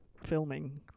filming